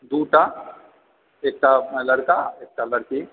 दू टा एकटा लड़का एकटा लड़की